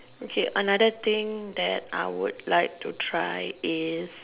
okay another thing that I would like to try is